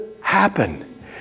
happen